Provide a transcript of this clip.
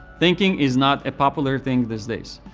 thinking is not a popular thing these days.